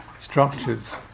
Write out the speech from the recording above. structures